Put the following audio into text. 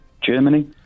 Germany